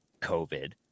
COVID